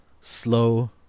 slow